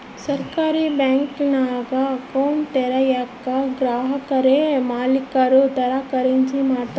ಸಹಕಾರಿ ಬ್ಯಾಂಕಿಂಗ್ನಾಗ ಅಕೌಂಟ್ ತೆರಯೇಕ ಗ್ರಾಹಕುರೇ ಮಾಲೀಕುರ ತರ ಕೆಲ್ಸ ಮಾಡ್ತಾರ